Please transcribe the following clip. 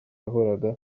yahoraga